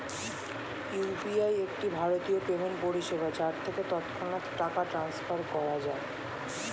UPI একটি ভারতীয় payment পরিষেবা যার থেকে তৎক্ষণাৎ টাকা ট্রান্সফার করা যায়